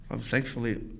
Thankfully